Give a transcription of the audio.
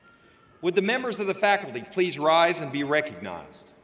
will the members of the faculty please rise and be recognized?